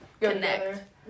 connect